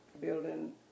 building